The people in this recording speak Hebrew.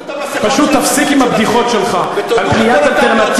אז תורידו את המסכות